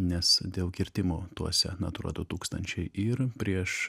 nes dėl kirtimo tuose natūra du tūkstančiai ir prieš